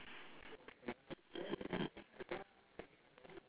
mm